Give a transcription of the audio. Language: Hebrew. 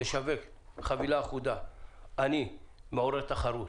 לשווק חבילה אחודה אני מעורר תחרות